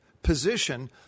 position